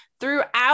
throughout